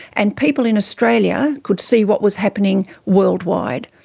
and people in australia could see what was happening worldwide.